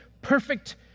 Perfect